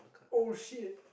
oh shit